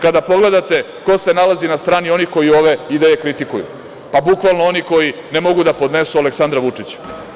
Kada pogledate ko se nalazi na strani onih koji ove ideje kritikuju, pa bukvalno oni koji ne mogu da podnesu Aleksandra Vučića.